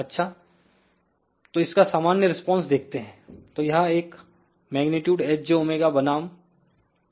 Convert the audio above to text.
अच्छा तो इसका सामान्य रिस्पांस देखते हैं तो यह एक Hjωबनाम फ्रीक्वेंसी है